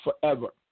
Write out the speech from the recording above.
forever